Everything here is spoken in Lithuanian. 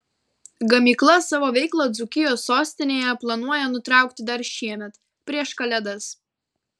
gamykla savo veiklą dzūkijos sostinėje planuoja nutraukti dar šiemet prieš kalėdas